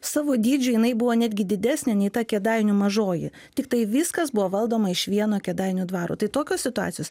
savo dydžiu jinai buvo netgi didesnė nei ta kėdainių mažoji tiktai viskas buvo valdoma iš vieno kėdainių dvaro tai tokios situacijos